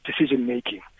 decision-making